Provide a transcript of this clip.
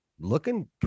looking